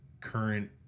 current